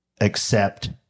accept